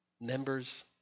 members